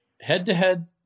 Head-to-head